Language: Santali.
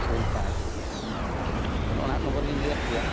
ᱥᱩᱱ ᱯᱟᱸᱪ ᱟᱫᱚ ᱱᱚᱜᱼᱚ ᱱᱚᱣᱟ ᱱᱚᱢᱵᱚᱨ ᱞᱤᱧ ᱞᱟᱹᱭ ᱟᱫ ᱯᱮᱭᱟ